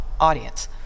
audience